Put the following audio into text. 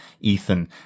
Ethan